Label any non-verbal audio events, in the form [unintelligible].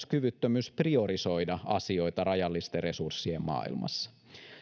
[unintelligible] kyvyttömyys priorisoida asioita rajallisten resurssien maailmassa